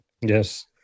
Yes